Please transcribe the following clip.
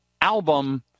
Album